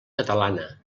catalana